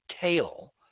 tail